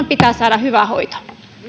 pitää saada hyvä hoito